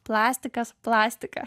plastikas plastika